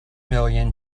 million